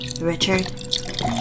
Richard